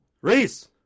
Reese